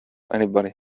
anybody